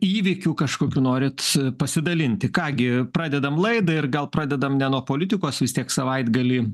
įvykiu kažkokiu norit pasidalinti ką gi pradedam laidą ir gal pradedam ne nuo politikos vis tiek savaitgalį